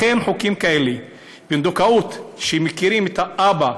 לכן, חוקים כאלה של פונדקאות, שמכירים את האבא,